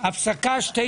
הישיבה ננעלה בשעה